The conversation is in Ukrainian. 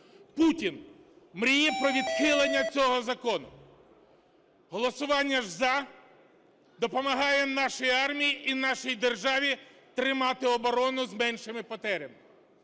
Путін мріє про відхилення цього закону. Голосування ж "за" допомагає нашій армії і нашій державі тримати оборону з меншими втратами.